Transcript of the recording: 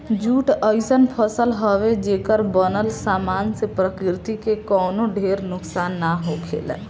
jute अइसन फसल हवे, जेकर बनल सामान से प्रकृति के कवनो ढेर नुकसान ना होखेला